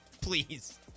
Please